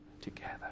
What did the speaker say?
together